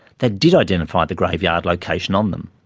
that did identify the graveyard location on them.